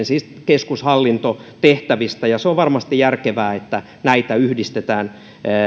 siis tuomioistuinten keskushallintotehtävistä on varmasti järkevää että näitä yhdistetään